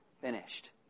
finished